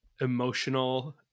emotional